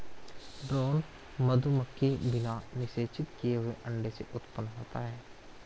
drone मधुमक्खी बिना निषेचित किए हुए अंडे से उत्पन्न होता है